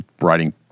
writing